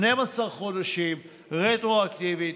12 חודשים רטרואקטיבית.